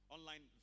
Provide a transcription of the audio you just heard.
Online